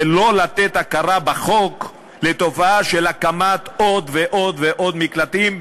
ולא לתת לתופעה הכרה בחוק בהקמת עוד ועוד ועוד מקלטים,